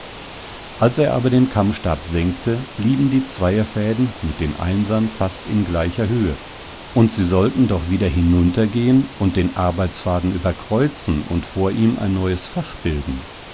als er aber den kammstab senkte blieben die zweierfäden mit den einsern fast in gleicher höhe und sie sollten doch wieder hinuntergehen und den arbeitsfaden überkreuzen und von ihm ein neues fach bilden